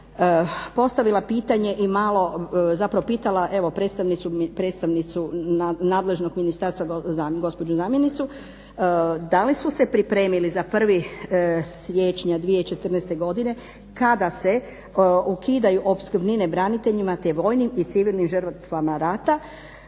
postavila pitanje i malo, zapravo pitala predstavnicu nadležnog ministarstva, gospođu zamjenicu, da li su se pripremili za 1. siječnja 2014. godine, kada se ukidaju opskrbnine braniteljima te vojnim i civilnim žrtvama rata